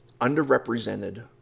underrepresented